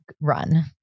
run